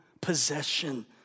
possession